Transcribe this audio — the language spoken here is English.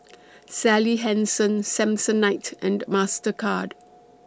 Sally Hansen Samsonite and Mastercard